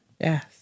Yes